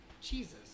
Jesus